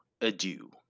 adieu